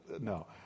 no